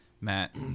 Matt